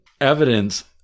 evidence